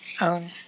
own